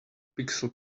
pixel